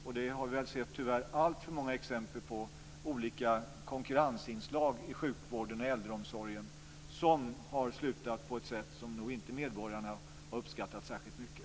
Vi har tyvärr sett alltför många exempel på olika konkurrensinslag i sjukvården och äldreomsorgen som har slutat på ett sätt som medborgarna nog inte har uppskattat särskilt mycket.